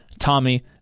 tommy